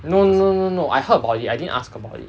no no no no I heard about it I didn't ask about it